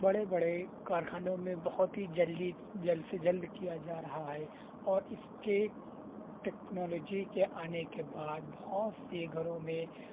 بڑے بڑے کارخانوں میں بہت ہی جلدی جلد سے جلد کیا جا رہا ہے اور اس کے ٹیکنالوجی کے آنے کے بعد بہت سے گھروں میں